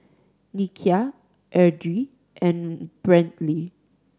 Nikia Edrie and Brantley